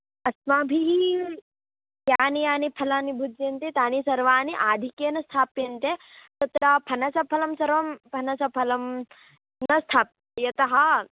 अस्माभिः यानि यानि फलानि भुज्यन्ते तानि सर्वाणि आधिक्येन स्थाप्यन्ते तत्र फनसफलं सर्वं फनसफलं न स्थाप्यते यतः